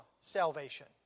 salvation